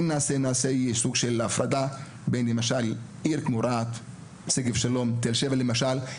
כן צריך לעשות הפרדה בין הערים כשניגשים לדברים.